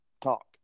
talk